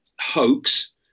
hoax